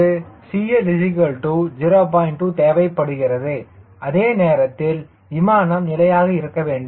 2 தேவைப்படுகிறது அதே நேரத்தில் விமானம் நிலையாக இருக்க வேண்டும்